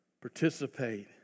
participate